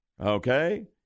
Okay